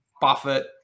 Buffett